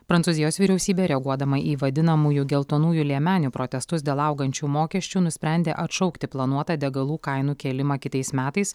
prancūzijos vyriausybė reaguodama į vadinamųjų geltonųjų liemenių protestus dėl augančių mokesčių nusprendė atšaukti planuotą degalų kainų kėlimą kitais metais